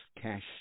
cash